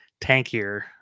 tankier